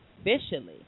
officially